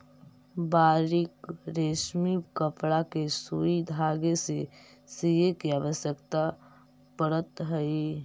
बारीक रेशमी कपड़ा के सुई धागे से सीए के आवश्यकता पड़त हई